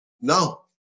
No